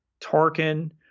Tarkin